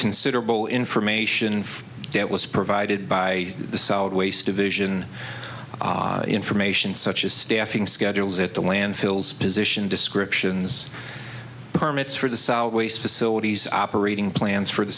considerable information that was provided by the solid waste division information such as staffing schedules at the landfills position descriptions permits for the solid waste facilities operating plans for the